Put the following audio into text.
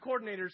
coordinators